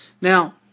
Now